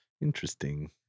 Interesting